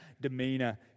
demeanor